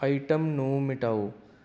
item ਨੂੰ ਮਿਟਾਓ